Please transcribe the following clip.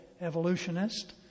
evolutionist